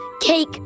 cake